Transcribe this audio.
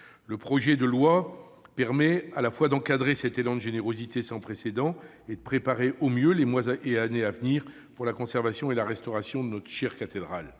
Le projet de loi permet à la fois d'encadrer cet élan de générosité sans précédent et de préparer au mieux les mois et les années à venir pour la conservation et la restauration de notre chère cathédrale.